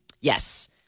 Yes